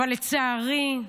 אבל לצערי,